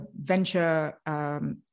venture